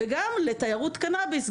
וגם לתיירות קנאביס.